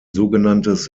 sogenanntes